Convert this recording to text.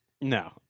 No